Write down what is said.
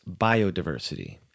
biodiversity